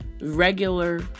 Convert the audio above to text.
Regular